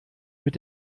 mit